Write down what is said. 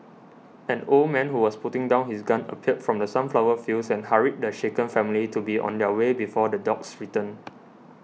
an old man who was putting down his gun appeared from the sunflower fields and hurried the shaken family to be on their way before the dogs return